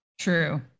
True